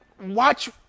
watch